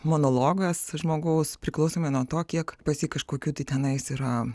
monologas žmogaus priklausomai nuo to kiek pas jį kažkokių tai tenais yra